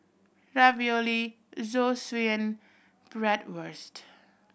Ravioli Zosui and Bratwurst